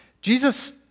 Jesus